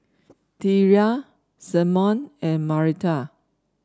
Thyra Symone and Marita